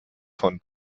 von